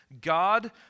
God